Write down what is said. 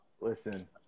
Listen